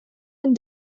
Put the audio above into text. and